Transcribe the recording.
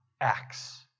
acts